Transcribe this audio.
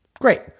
Great